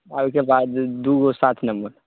आ ओहिके बाद दूगो सात नम्बर